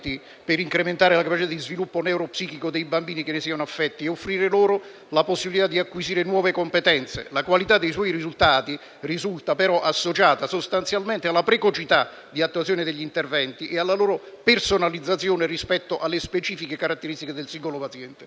per incrementare la capacità di sviluppo neuropsichico dei bambini che ne siano affetti e offrire loro la possibilità di acquisire nuove competenze, la qualità dei cui risultati appare però associata sostanzialmente alla precocità di attuazione degli interventi ed alla loro personalizzazione rispetto alle specifiche caratteristiche del singolo paziente.